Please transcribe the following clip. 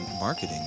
marketing